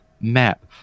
map